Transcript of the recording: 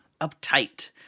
uptight